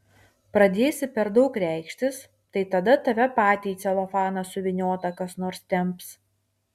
pradėsi per daug reikštis tai tada tave patį į celofaną suvyniotą kas nors temps